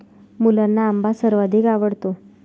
मुलांना आंबा सर्वाधिक आवडतो